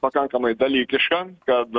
pakankamai dalykiška kad